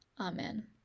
amen